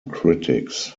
critics